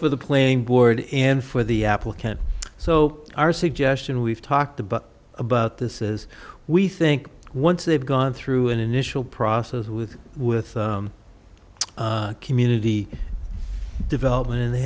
for the playing board and for the applicant so our suggestion we've talked about about this is we think once they've gone through an initial process with with community development and they